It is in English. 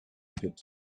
pit